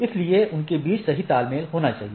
इसलिए उनके बीच सही तालमेल होना चाहिए